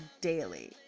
daily